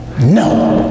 no